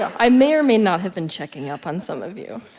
i may or may not have been checking up on some of you.